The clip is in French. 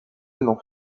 venant